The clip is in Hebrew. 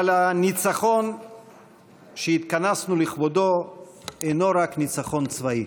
אבל הניצחון שהתכנסנו לכבודו אינו רק ניצחון צבאי,